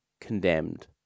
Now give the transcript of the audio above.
condemned